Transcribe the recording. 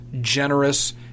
generous